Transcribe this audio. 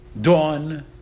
dawn